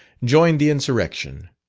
joined the insurrection.